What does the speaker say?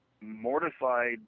mortified